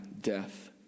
death